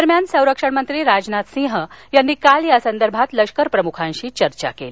दरम्यान संरक्षण मंत्री राजनाथ सिंह यांनी काल या संदर्भात लष्कर प्रमुखांशी चर्चा केली